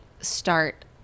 start –